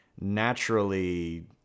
naturally